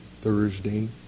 Thursday